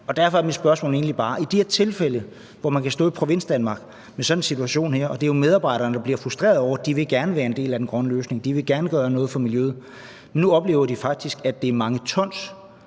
bare et spørgsmål i forhold til de her tilfælde, hvor man kan stå i sådan en situation her i Provinsdanmark. Det er jo medarbejderne, der bliver frustrerede over det, for de vil gerne være en del af den grønne løsning, og de vil gerne gøre noget for miljøet. Nu oplever de faktisk, at det er mange ton